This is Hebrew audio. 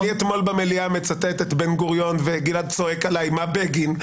אני אתמול במליאה מצטט את בן גוריון וגלעד צועק עלי מה בגין.